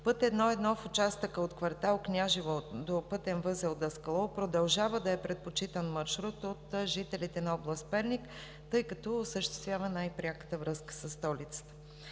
път I-1 в участъка от квартал „Княжево“ до пътен възел „Даскалово“ продължава да е предпочитан маршрут от жителите на област Перник, тъй като осъществява най-пряката връзка със столицата.